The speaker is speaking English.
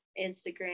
instagram